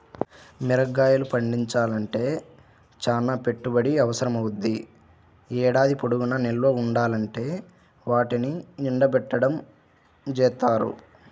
మిరగాయలు పండించాలంటే చానా పెట్టుబడి అవసరమవ్వుద్ది, ఏడాది పొడుగునా నిల్వ ఉండాలంటే వాటిని ఎండబెట్టడం జేత్తారు